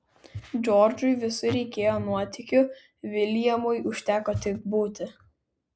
džordžui visur reikėjo nuotykių viljamui užteko tik būti